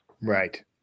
Right